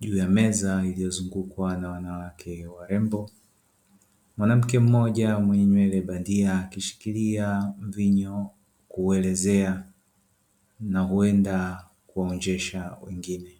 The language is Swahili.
juu ya meza iliyozungukwa na wanawake warembo. Mwanamke mmoja mwenye nywele bandia akishikilia mvinyo kuelezea na huenda kuwaonjesha wengine.